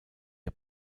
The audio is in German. der